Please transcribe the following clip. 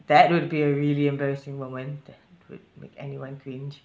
that would be a really embarrassing moment that would make anyone cringe